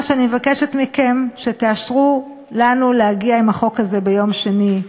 מה שאני מבקשת מכם הוא שתאשרו לנו להגיע עם החוק הזה ביום שני.